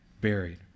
buried